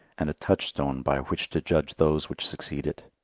and a touchstone by which to judge those which succeed it.